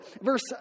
Verse